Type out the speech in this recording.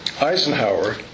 Eisenhower